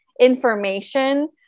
information